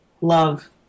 love